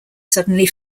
suddenly